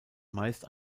meist